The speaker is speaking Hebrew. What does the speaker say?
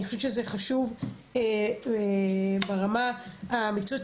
אני חושבת שזה חשוב ברמה המקצועית,